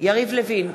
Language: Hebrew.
אורלי לוי אבקסיס,